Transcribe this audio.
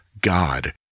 God